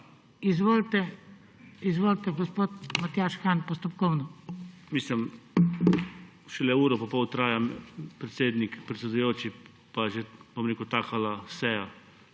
Izvolite, gospod Matjaž Han, postopkovno.